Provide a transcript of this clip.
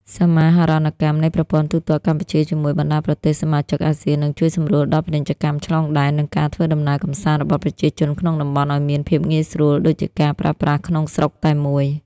សមាហរណកម្មនៃប្រព័ន្ធទូទាត់កម្ពុជាជាមួយបណ្ដាប្រទេសសមាជិកអាស៊ាន នឹងជួយសម្រួលដល់ពាណិជ្ជកម្មឆ្លងដែន និងការធ្វើដំណើរកម្សាន្តរបស់ប្រជាជនក្នុងតំបន់ឱ្យមានភាពងាយស្រួលដូចជាការប្រើប្រាស់ក្នុងស្រុកតែមួយ។